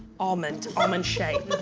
almond. almond shape.